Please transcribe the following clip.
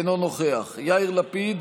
אינו נוכח יאיר לפיד,